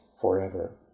forever